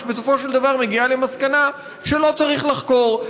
בסופו של דבר מגיעה למסקנה שלא צריך לחקור,